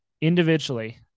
individually